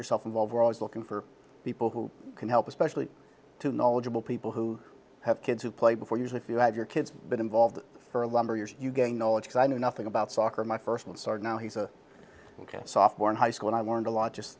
yourself involved we're always looking for people who can help especially to knowledgeable people who have kids who played before usually if you have your kids been involved for a lumber years you gain knowledge and i knew nothing about soccer my first and now he's a sophomore in high school and i learned a lot just